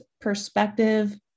perspective